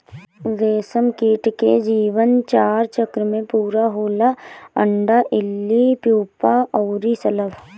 रेशमकीट के जीवन चार चक्र में पूरा होला अंडा, इल्ली, प्यूपा अउरी शलभ